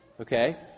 okay